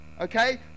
Okay